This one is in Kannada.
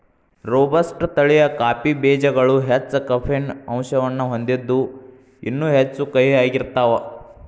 ರೋಬಸ್ಟ ತಳಿಯ ಕಾಫಿ ಬೇಜಗಳು ಹೆಚ್ಚ ಕೆಫೇನ್ ಅಂಶವನ್ನ ಹೊಂದಿದ್ದು ಇನ್ನೂ ಹೆಚ್ಚು ಕಹಿಯಾಗಿರ್ತಾವ